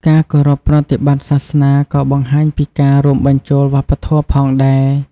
ការគោរពប្រតិបត្តិសាសនាក៏បង្ហាញពីការរួមបញ្ចូលវប្បធម៌ផងដែរ។